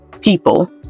people